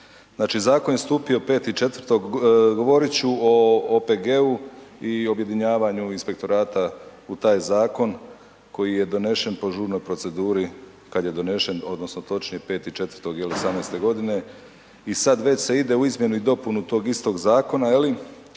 znači zakon je stupio 5.4., govorit ću o OPG-u i objedinjavanju inspektorata u taj zakon koji je donešen po žurnoj proceduri kad je donešen odnosno točnije 5.4.2018. godine i sad već se ide u izmjenu i dopunu tog istog zakona je li